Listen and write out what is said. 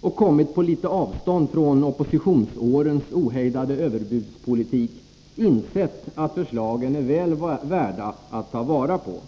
och kommit på litet avstånd från oppositionsårens ohejdade överbudspolitik — insett att förslagen är väl värda att ta vara på.